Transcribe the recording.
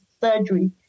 surgery